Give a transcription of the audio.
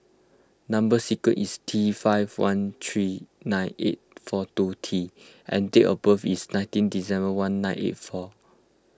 Number Sequence is T five one three nine eight four two T and date of birth is nineteen December one nine eight four